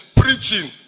preaching